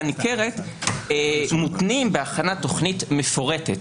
ניכרת מותנים בהכנת תוכנית מפורטת.